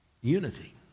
unity